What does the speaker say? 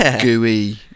gooey